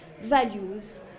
values